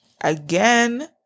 Again